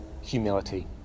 humility